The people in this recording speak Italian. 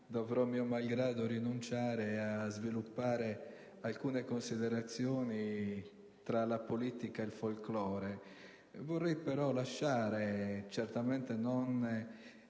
dovrò, mio malgrado, rinunciare a sviluppare alcune considerazioni tra la politica ed il folklore. Vorrei però lasciare in